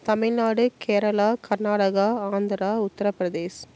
Tamil Nadu Kerala Karnataka Andhra Uttar Pradesh